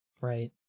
Right